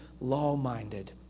law-minded